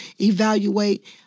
evaluate